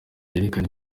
byerekana